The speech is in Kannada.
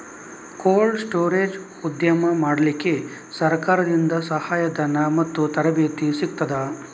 ಕೋಲ್ಡ್ ಸ್ಟೋರೇಜ್ ಉದ್ಯಮ ಮಾಡಲಿಕ್ಕೆ ಸರಕಾರದಿಂದ ಸಹಾಯ ಧನ ಮತ್ತು ತರಬೇತಿ ಸಿಗುತ್ತದಾ?